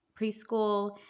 preschool